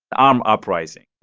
um uprising